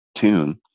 tune